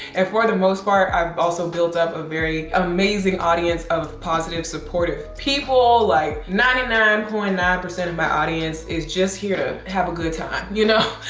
and for the most part i've also built up a very amazing audience of positive, supportive people. like ninety nine point nine of my audience is just here to have a good time, you know,